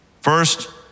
First